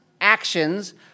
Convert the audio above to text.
actions